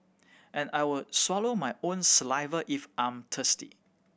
and I will swallow my own saliva if I'm thirsty